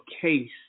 case